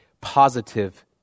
positive